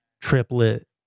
triplet